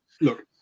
look